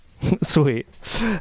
Sweet